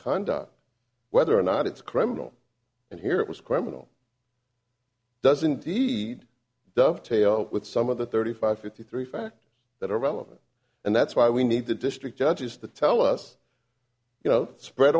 conduct whether or not it's criminal and here it was criminal doesn't the dovetail with some of the thirty five fifty three five that are relevant and that's why we need the district judges to tell us you know spread